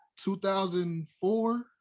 2004